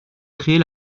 créer